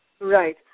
Right